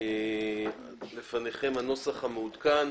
לפניכם הנוסח המעודכן.